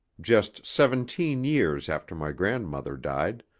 just seventeen years after my grandmother died,